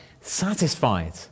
satisfied